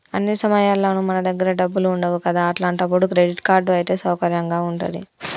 అన్ని సమయాల్లోనూ మన దగ్గర డబ్బులు ఉండవు కదా అట్లాంటప్పుడు క్రెడిట్ కార్డ్ అయితే సౌకర్యంగా ఉంటది